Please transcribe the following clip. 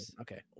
Okay